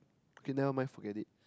okay never mind forget it